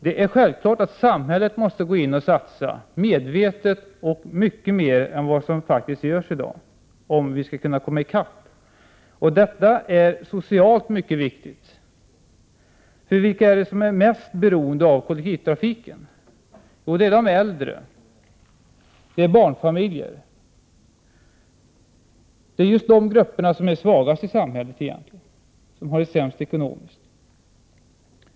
Det är självklart att samhället måste satsa medvetet och i mycket större utsträckning än vad som sker i dag om vi skall kunna komma i kapp. Detta är socialt mycket viktigt. Vilka är det som är mest beroende av kollektivtrafiken? Jo, det är de äldre och barnfamiljerna, just de grupper som är de svagaste i samhället och som har det sämst ekonomiskt.